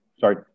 sorry